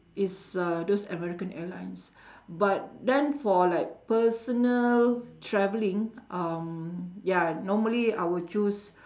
is uh those American airlines but then for like personal travelling um ya normally I would choose